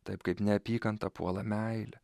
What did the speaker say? taip kaip neapykantą puola meilė